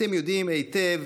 אתם יודעים היטב